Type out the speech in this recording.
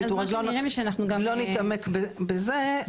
אז לא נתעמק בזה,